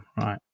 right